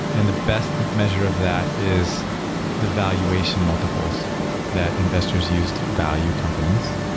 and the best measure of that is the valuation multiples that investors use to value companies.